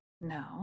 No